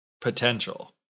potential